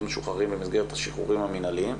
משוחררים במסגרת השחרורים המינהליים.